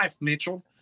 mitchell